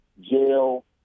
jail